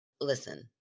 Listen